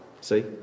See